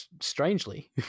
strangely